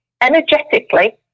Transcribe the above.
energetically